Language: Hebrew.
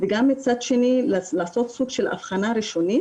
וגם מצד שני לעשות סוג של אבחנה ראשונית